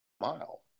Mile